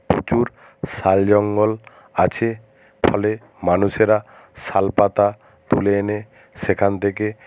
প্রচুর শাল জঙ্গল আছে ফলে মানুষেরা শাল পাতা তুলে এনে সেখান থেকে